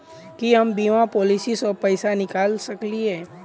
की हम बीमा पॉलिसी सऽ पैसा निकाल सकलिये?